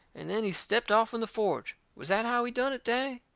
and then he stepped off'n the forge. was that how he done it, danny?